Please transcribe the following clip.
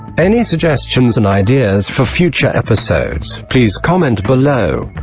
any suggestions and ideas for future episodes, please comment below.